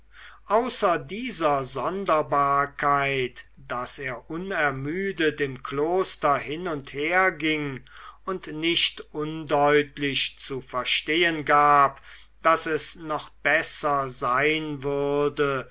außer dieser sonderbarkeit daß er unermüdet im kloster hin und her ging und nicht undeutlich zu verstehen gab daß es noch besser sein würde